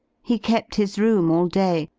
he kept his room all day,